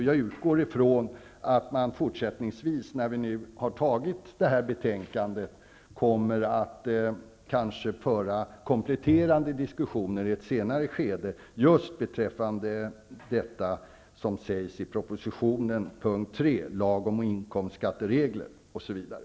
Jag utgår ifrån att man när vi har antagit detta betänkande kommer att i ett senare skede föra kompletterande diskussioner just beträffande det som sägs i propositionens punkt 3